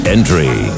Entry